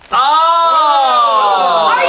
oh!